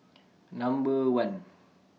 Number one